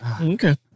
Okay